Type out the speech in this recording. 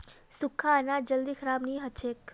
सुख्खा अनाज जल्दी खराब नी हछेक